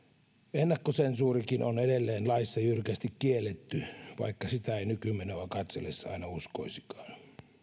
ennakkosensuurikin on edelleen laissa jyrkästi kielletty vaikka sitä ei nykymenoa katsellessa aina uskoisikaan